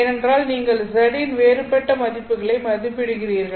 ஏனென்றால் நீங்கள் z இன் வேறுபட்ட மதிப்புகளை மதிப்பிடுகிறீர்கள்